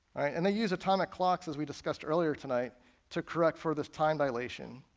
and they use atomic clocks as we discussed earlier tonight to correct for this time dilation.